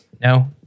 No